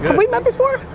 we met before?